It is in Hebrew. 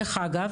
דרך אגב,